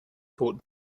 toten